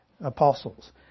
apostles